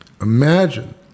Imagine